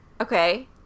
Okay